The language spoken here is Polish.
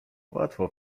łatwo